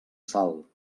salt